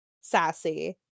sassy